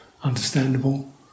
understandable